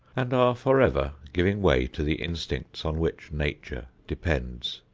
and are forever giving way to the instincts on which nature depends.